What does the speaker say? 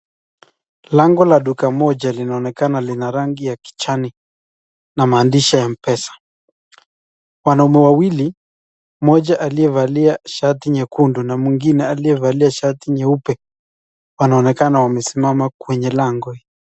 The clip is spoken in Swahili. Lango la duka moja linaonekana lina rangi ya kijani na maadishi ya Mpesa. Wanaume wawili mmoja aliyevalia shati nyekundu na mwingine aliyevalia shati nyeupe, wanaonekana wamesimama kwenye lango hii.